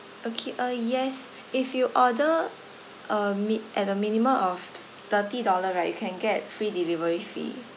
okay uh yes if you order a mi~ at a minimum of thirty dollar right you can get free delivery fee